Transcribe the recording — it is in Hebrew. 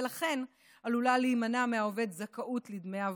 ולכן עלולה להימנע מהעובד זכאות לדמי עבודה.